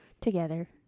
together